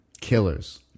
Killers